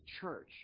church